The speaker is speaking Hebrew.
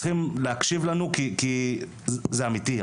צריכים להקשיב לנו כי זה אמיתי,